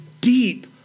deep